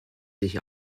sich